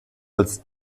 als